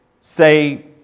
say